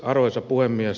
arvoisa puhemies